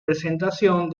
presentación